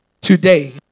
today